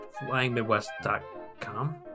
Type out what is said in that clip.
flyingmidwest.com